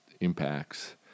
impacts